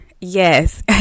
Yes